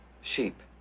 Sheep